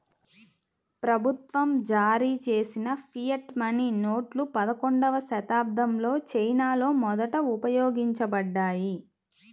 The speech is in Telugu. ప్రభుత్వం జారీచేసిన ఫియట్ మనీ నోట్లు పదకొండవ శతాబ్దంలో చైనాలో మొదట ఉపయోగించబడ్డాయి